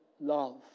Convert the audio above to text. love